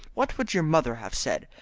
what would your mother have said?